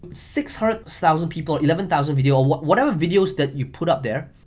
six hundred thousand people or eleven thousand video, or whatever videos that you put up there,